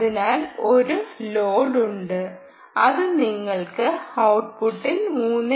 അതിനാൽ ഒരു ലോഡ് ഉണ്ട് അത് നിങ്ങൾക്ക് ഔട്ട്പുട്ടിൽ 3